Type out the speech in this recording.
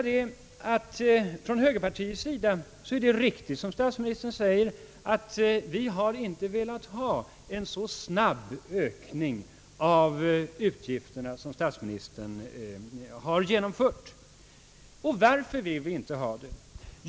Det är riktigt som statsministern säger ait högerpartiet inte har velat ha en så snabb ökning av utgifterna som statsministern har genomfört. Varför vill vi inte det?